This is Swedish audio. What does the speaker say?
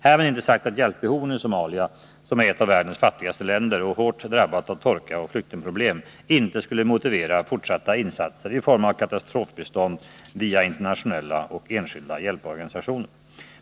Härmed inte sagt att hjälpbehoven i Somalia, som är ett av världens fattigaste länder och hårt drabbat av torka och flyktingproblem, inte skulle motivera fortsatta insatser i form av katastrofbistånd via internationella och enskilda hjälporganisationer.